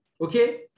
Okay